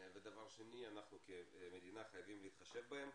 ושנית, אנחנו כמדינה חייבים להתחשב בהם.